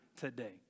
today